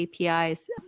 apis